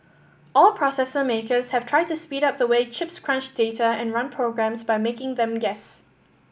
all processor makers have tried to speed up the way chips crunch data and run programs by making them guess